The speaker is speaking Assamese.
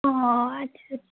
অঁ আচ্ছা